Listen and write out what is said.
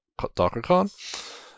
DockerCon